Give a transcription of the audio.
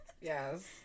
yes